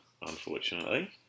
unfortunately